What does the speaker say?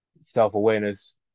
self-awareness